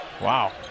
Wow